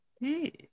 Hey